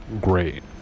great